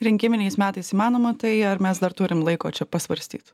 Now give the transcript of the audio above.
rinkiminiais metais įmanoma tai ar mes dar turim laiko čia pasvarstyt